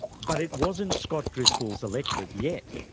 but it wasn't scott driscoll's electorate yet.